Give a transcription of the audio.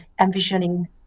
envisioning